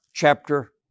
chapter